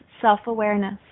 self-awareness